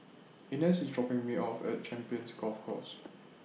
Inez IS dropping Me off At Champions Golf Course